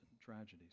tragedies